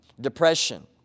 Depression